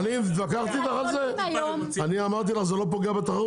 אמרתי לך שזה לא פוגע בתחרות?